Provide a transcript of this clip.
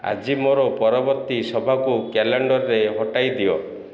ଆଜି ମୋର ପରବର୍ତ୍ତୀ ସଭାକୁ କ୍ୟାଲେଣ୍ଡର୍ରେ ହଟାଇ ଦିଅ